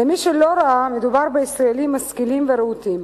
למי שלא ראה, מדובר בישראלים משכילים ורהוטים,